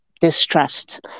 distrust